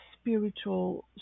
spiritual